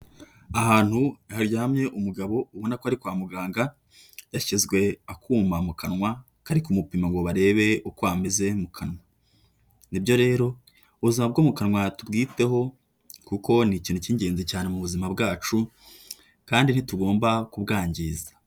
Ahantu haryamye umugabo ubona ko ari kwa muganga, yashyizwe akuma mu kanwa kari kumupima ngo barebe uko ameze mu kanwa, nibyo rero ubuzima bwo mu kanwa tubwiteho, kuko ni ikintu cy'ingenzi cyane mu buzima bwacu, kandi ntitugomba kubwangiza.